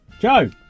Joe